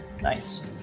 nice